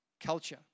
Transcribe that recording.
Culture